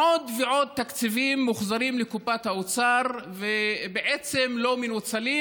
עוד ועוד תקציבים מוחזרים לקופת האוצר ובעצם לא מנוצלים,